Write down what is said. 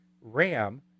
RAM